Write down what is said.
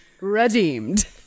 Redeemed